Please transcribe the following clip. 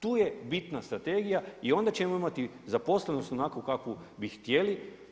Tu je bitna strategija i onda ćemo imati zaposlenost onakvu kakvu bi htjeli.